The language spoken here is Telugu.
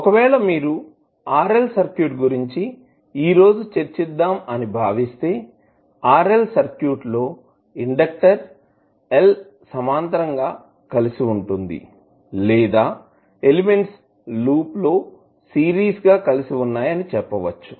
ఒకవేళ మీరు RL సర్క్యూట్ గురించి ఈ రోజు చర్చిద్దాం అని భావిస్తే RL సర్క్యూట్ లో ఇండెక్టర్ L సమాంతరం పార్లల్ parallel గా కలిసి ఉంటుంది లేదా ఎలిమెంట్స్ లూప్ లో సిరీస్ గా కలిసి వున్నాయి అని చెప్పవచ్చు